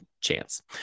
chance